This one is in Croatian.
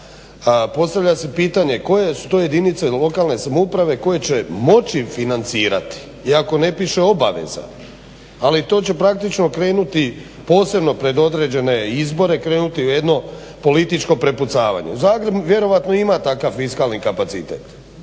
postavlja se pitanje koje su to jedinice lokalne samouprave koje će moći financirati, i ako ne piše obaveza, ali to će praktično krenuti posebno pred određene izbore, krenuti u jedno političko prepucavanje. U Zagrebu vjerojatno ima takav fiskalni kapacitet,